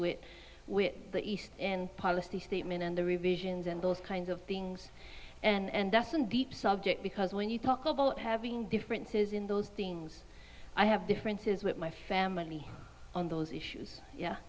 with with the east and policy statement and the revisions and those kinds of things and that's an deep subject because when you talk about having differences in those things i have differences with my family on those issues yeah